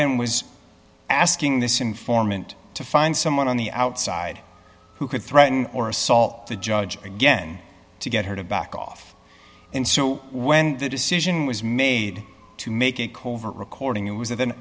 and was asking this informant to find someone on the outside who could threaten or assault the judge again to get her to back off and so when the decision was made to make a covert recording it was